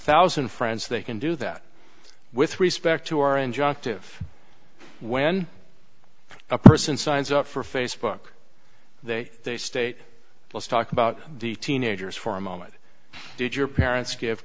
thousand friends they can do that with respect to our injunctive when a person signs up for facebook that they state let's talk about the teenagers for a moment did your parents give